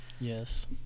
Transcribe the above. Yes